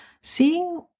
seeing